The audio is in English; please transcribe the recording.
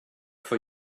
for